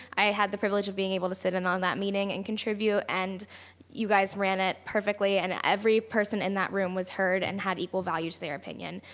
i had the privilege of being able to sit in on that meeting and contribute and you guys ran it perfectly, and every person in that room was heard and had equal value to their opinion.